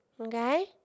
Okay